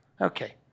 Okay